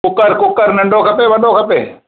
cooker कुकर नंढो खपे वॾो खपे